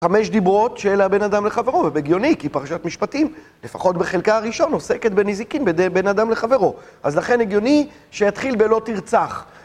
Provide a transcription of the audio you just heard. חמש דיברות שאלה בן אדם לחברו, ובגיוני, כי פרשת משפטים, לפחות בחלקה הראשון, עוסקת בנזיקים בידי בן אדם לחברו. אז לכן הגיוני שיתחיל בלא תרצח.